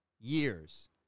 years